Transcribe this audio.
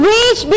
Reach